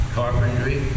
carpentry